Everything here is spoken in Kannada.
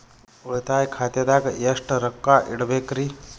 ಉಳಿತಾಯ ಖಾತೆದಾಗ ಎಷ್ಟ ರೊಕ್ಕ ಇಡಬೇಕ್ರಿ?